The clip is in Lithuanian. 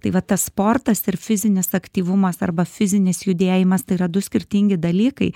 tai va tas sportas ir fizinis aktyvumas arba fizinis judėjimas tai yra du skirtingi dalykai